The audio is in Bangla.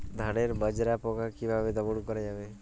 ধানের মাজরা পোকা কি ভাবে দমন করা যাবে?